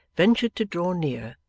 ventured to draw near,